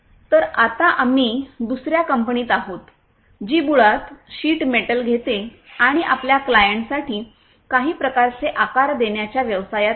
तर आत्ता आम्ही दुसर्या कंपनीत आहोत जी मुळात शीट मेटल घेते आणि आपल्या क्लायंटसाठी काही प्रकारचे आकार देण्याच्या व्यवसायात आहे